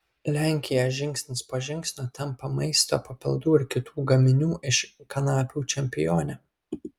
lenkija žingsnis po žingsnio tampa maisto papildų ir kitų gaminių iš kanapių čempione